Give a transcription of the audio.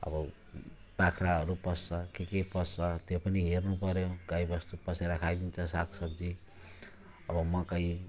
अब बाख्राहरू पस्छ के के पस्छ त्यो पनि हेर्नु पर्यो गाई बस्तु पसेर खाइदिन्छ साग सब्जी अब मकै